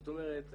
זאת אומרת,